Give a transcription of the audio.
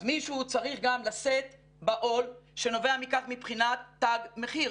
אז מישהו צריך גם לשאת בעול שנובע מכך מבחינת תג מחיר,